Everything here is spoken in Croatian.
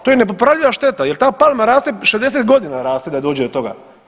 To je nepopravljiva šteta jer ta palma raste 60 godina raste da dođe do toga.